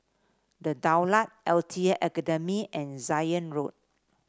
The Daulat L T A Academy and Zion Road